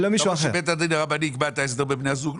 למה שבית הדין הרבני יקבע את ההסדר בין בני הזוג?